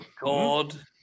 god